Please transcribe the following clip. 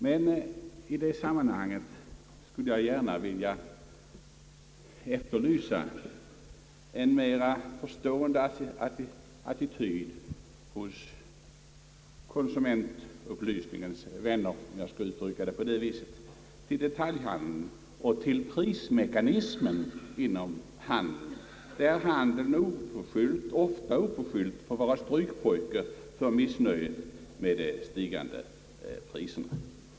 Men i det sammanhanget skulle jag hos konsumentupplysningens vänner vilja efterlysa en mera förstående attityd till detaljhandeln och prismekanismen inom handeln — handeln får ju ofta oförskyllt vara strykpojke för missnöjet med de stigande priserna.